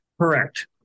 Correct